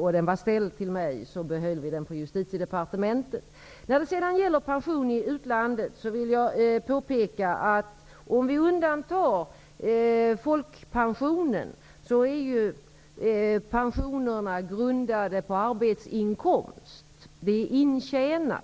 och den var ställd till mig, behöll vi den på Justitiedepartementet. När det gäller pension i utlandet vill jag påpeka att pensionerna, om vi undantar folkpensionen, är grundade på arbetsinkomst. De är intjänade.